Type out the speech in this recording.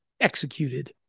executed